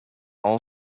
all